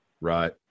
Right